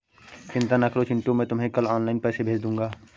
चिंता ना करो चिंटू मैं तुम्हें कल ऑनलाइन पैसे भेज दूंगा